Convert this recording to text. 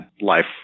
life